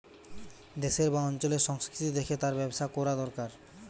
দেশের বা অঞ্চলের সংস্কৃতি দেখে তার ব্যবসা কোরা দোরকার